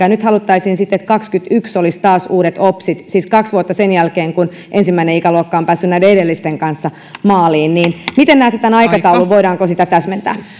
ja nyt haluttaisiin sitten että kaksituhattakaksikymmentäyksi olisi taas uudet opsit siis kaksi vuotta sen jälkeen kun ensimmäinen ikäluokka on päässyt näiden edellisten kanssa maaliin miten näette tämän aikataulun voidaanko sitä täsmentää